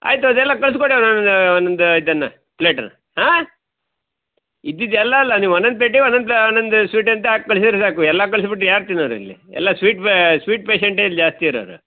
ಆಯಿತು ಅದೆಲ್ಲ ಕಳಿಸ್ಕೊಡಿ ಒಂದೊಂದ್ ಒಂದೊಂದ್ ಇದನ್ನು ಪ್ಲೇಟನ್ನ ಹಾಂ ಇದ್ದಿದ್ದು ಎಲ್ಲ ಅಲ್ಲ ನೀವು ಒಂದೊಂದ್ ಪ್ಲೇಟಿಗೆ ಒಂದೊಂದ್ ಒಂದೊಂದ್ ಸ್ವೀಟ್ ಅಂತ ಹಾಕ್ಕಳ್ಸಿರೆ ಸಾಕು ಎಲ್ಲ ಕಳ್ಸ್ಬಿಟ್ರೆ ಯಾರು ತಿನ್ನೋರು ಇಲ್ಲಿ ಎಲ್ಲ ಸ್ವೀಟ್ ಪೇ ಸ್ವೀಟ್ ಪೇಷೆಂಟೇ ಇಲ್ಲಿ ಜಾಸ್ತಿ ಇರೋರು